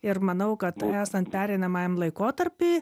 ir manau kad esant pereinamajam laikotarpiui